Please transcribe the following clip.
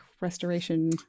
restoration